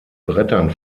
brettern